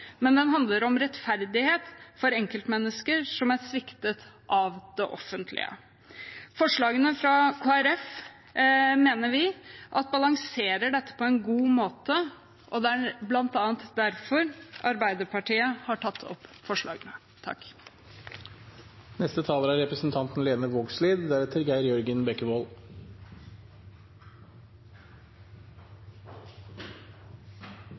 den handler om rettferdighet for enkeltmennesker som er sviktet av det offentlige. Forslagene fra Kristelig Folkeparti mener vi balanserer dette på en god måte. Derfor har Arbeiderpartiet tatt opp sine to forslag. Eg skal ikkje forlengje debatten veldig, men også eg hengjer meg opp